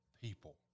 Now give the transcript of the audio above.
People